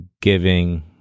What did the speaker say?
giving